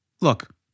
Look